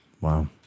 Wow